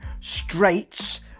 straits